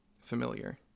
familiar